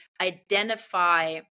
identify